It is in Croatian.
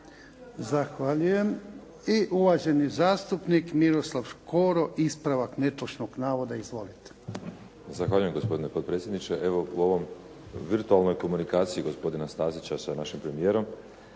Zahvaljujem. I uvaženi zastupnik Miroslav Škoro. Ispravak netočnog navoda. Izvolite. **Škoro, Miroslav (HDZ)** Zahvaljujem gospodine potpredsjedniče. Evo u ovom, virtualnoj komunikaciji gospodina Stazića sa našim premijerom